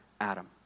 Adam